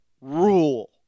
rule